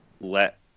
let